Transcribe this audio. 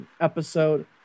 episode